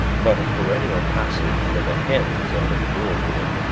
but a perennial passage for the hens under the door board.